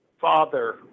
father